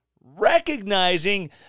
recognizing